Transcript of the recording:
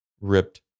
ripped